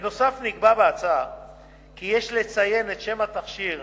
בנוסף נקבע בהצעה כי יש לציין את שם התכשיר